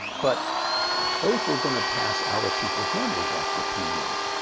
but those were going to pass out of people's memories after a few years.